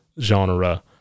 genre